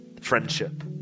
friendship